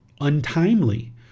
untimely